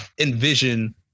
envision